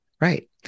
Right